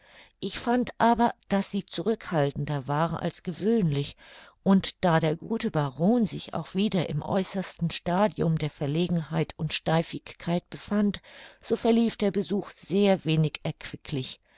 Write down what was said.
ich fand aber daß sie zurückhaltender war als gewöhnlich und da der gute baron sich auch wieder im äußersten stadium der verlegenheit und steifigkeit befand so verlief der besuch sehr wenig